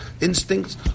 instincts